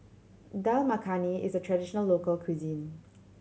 Dal Makhani is a traditional local cuisine